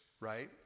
right